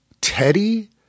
Teddy